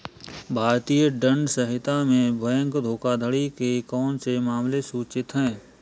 भारतीय दंड संहिता में बैंक धोखाधड़ी के कौन से मामले सूचित हैं?